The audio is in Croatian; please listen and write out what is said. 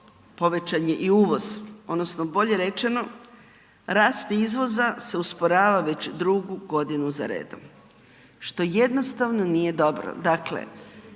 povećan je i uvoz odnosno bolje rečeno, rast izvoza se usporava već drugu godinu za redom što jednostavno nije dobro.